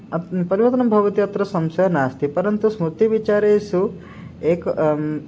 अत्र परिवर्तनं भवति अत्र संशयः नास्ति पर्नतु स्मृतिविचारेषु एकं